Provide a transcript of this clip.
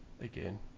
again